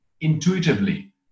intuitively